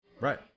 Right